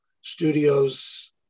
studios